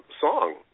Song